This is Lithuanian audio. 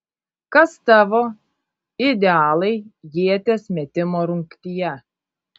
kas tavo idealai ieties metimo rungtyje